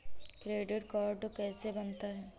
Credit card कैसे बनता है?